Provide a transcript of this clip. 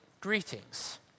greetings